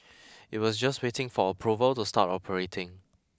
it was just waiting for approval to start operating